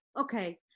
okay